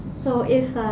so if,